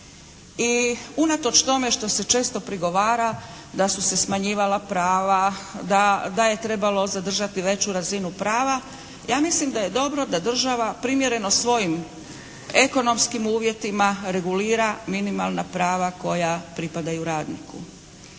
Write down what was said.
i unatoč tome što se često prigovara da su se smanjivala prava, da je trebalo zadržati veću razinu prava. Ja mislim da je dobro da država primjereno svojim ekonomskim uvjetima regulira minimalna prava koja pripadaju radniku.